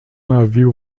navio